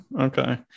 okay